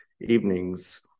evenings